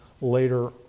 later